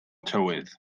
tywydd